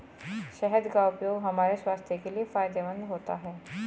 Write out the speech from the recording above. शहद का उपयोग हमारे स्वास्थ्य के लिए फायदेमंद होता है